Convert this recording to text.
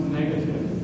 negative